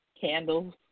candles